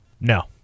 No